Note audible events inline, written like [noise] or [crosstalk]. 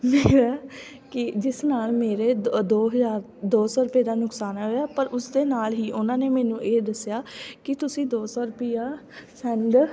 ਮੈਂ ਕਿਹਾ ਕਿ ਜਿਸ ਨਾਲ ਮੇਰੇ ਦੋ [unintelligible] ਦੋ ਹਜ਼ਾਰ ਦੋ ਸੌ ਰੁਪਏ ਦਾ ਨੁਕਸਾਨ ਹੋਇਆ ਪਰ ਉਸਦੇ ਨਾਲ ਹੀ ਉਹਨਾਂ ਨੇ ਮੈਨੂੰ ਇਹ ਦੱਸਿਆ ਕਿ ਤੁਸੀਂ ਦੋ ਸੌ ਰੁਪਈਆ ਸੈਂਡ